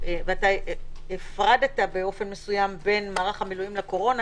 ואתה הפרדת באופן מסוים בין מערך המילואים לקורונה.